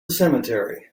cemetery